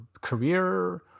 career